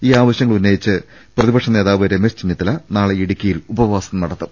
ഈ ആവശൃങ്ങൾ ഉന്നയിച്ച് പ്രതിപക്ഷ നേതാവ് രമേശ് ചെന്നിത്തല നാളെ ഇടുക്കി യിൽ ഉപവാസം നടത്തും